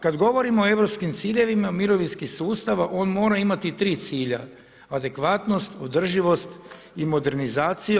Kada govorimo o europskim ciljevima, mirovinski sustav on mora imati tri cilja adekvatnost, održivost i modernizacija.